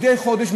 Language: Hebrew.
מדי חודש,